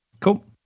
Cool